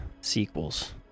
sequels